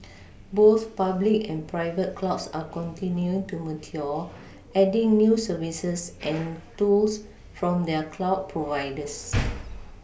both public and private clouds are continuing to mature adding new services and tools from their cloud providers